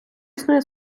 існує